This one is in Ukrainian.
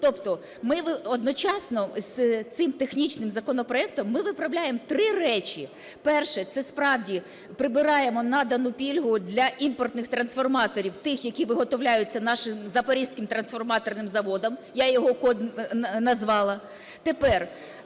Тобто, ми одночасно з цим технічним законопроектом виправляємо три речі. Перше – це справді прибираємо надану пільгу для імпортних трансформаторів, тих, які виготовляються нашим "Запорізьким трансформаторним заводом", я його код назвала. Тепер,